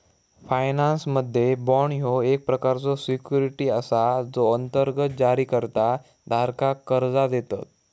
फायनान्समध्ये, बाँड ह्यो एक प्रकारचो सिक्युरिटी असा जो अंतर्गत जारीकर्ता धारकाक कर्जा देतत